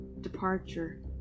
departure